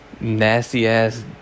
nasty-ass